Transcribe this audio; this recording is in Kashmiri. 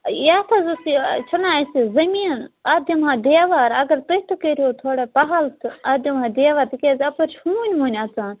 یَتھ حظ اوس یہِ چھُنا اَسہِ زمیٖن اتھ دِمہٕ ہاو دیوار اگر تُہۍ تہِ کٔرہیٖو تھوڑا پہل تہٕ اتھ دِمہٕ ہاو دیوار تہِ کیٛازِ اَپٲرۍ چھِ ہوٗنۍ ووٗنۍ اَژان